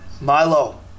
Milo